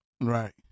Right